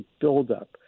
buildup